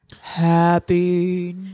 Happy